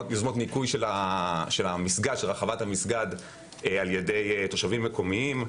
יוזמות ניקוי של רחבת המסגד על ידי תושבים מקומיים,